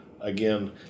again